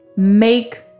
Make